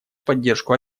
поддержку